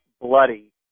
bloody